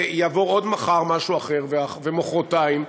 ויעבור מחר משהו אחר, ומחרתיים,